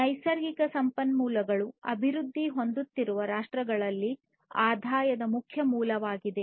ನೈಸರ್ಗಿಕ ಸಂಪನ್ಮೂಲಗಳು ಅಭಿವೃದ್ಧಿ ಹೊಂದುತ್ತಿರುವ ರಾಷ್ಟ್ರಗಳಲ್ಲಿ ಆದಾಯದ ಮುಖ್ಯ ಮೂಲವಾಗಿದೆ